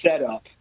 setup